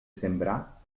sembrar